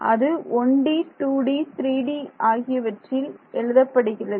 அது 1D 2D 3D ஆகிவற்றில் ஆகியவற்றில் எழுதப்பட்டுள்ளது